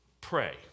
pray